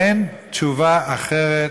אין תשובה אחרת,